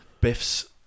Biff's